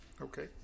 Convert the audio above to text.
Okay